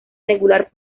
regular